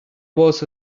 was